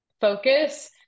focus